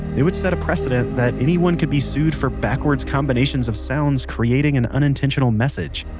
it would set a precedent that anyone can be sued for backwards combinations of sounds creating an unintentional message.